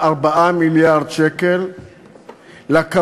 3, 4 מיליארד שקל לקבלנים,